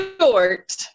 Short